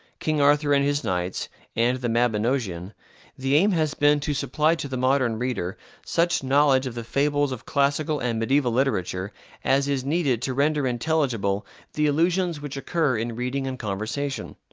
king arthur and his knights and the mabinogeon the aim has been to supply to the modern reader such knowledge of the fables of classical and mediaeval literature as is needed to render intelligible the allusions which occur in reading and conversation.